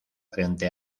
frente